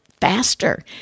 Faster